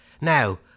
Now